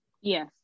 Yes